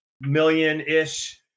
million-ish